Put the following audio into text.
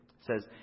says